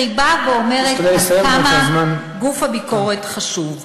כאשר היא באה ואומרת עד כמה גוף הביקורת חשוב: